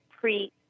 pre